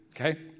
Okay